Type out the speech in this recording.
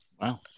Wow